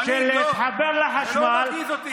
לא, זה לא מרגיז אותי.